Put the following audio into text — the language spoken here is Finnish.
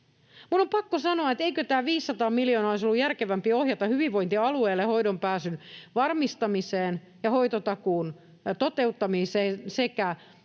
Minun on pakko sanoa, että eikö tämä 500 miljoonaa olisi ollut järkevämpi ohjata hyvinvointialueille hoitoonpääsyn varmistamiseen ja hoitotakuun toteuttamiseen sekä